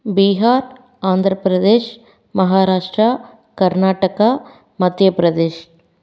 Bihar Andhra Pradesh Maharashtra Karnataka Madhya Pradesh